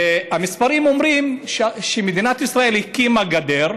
המספרים אומרים שמדינת ישראל הקימה גדר,